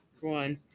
one